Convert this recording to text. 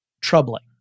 troubling